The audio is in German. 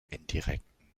indirekten